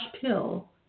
pill